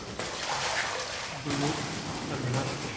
ᱵᱤᱱᱤᱰ ᱟᱫᱷᱟᱨᱛᱮ